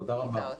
הישיבה נעולה.